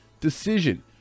Decision